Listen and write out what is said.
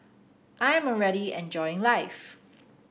I am already enjoying my life